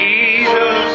Jesus